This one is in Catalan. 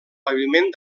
paviment